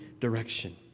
direction